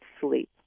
sleep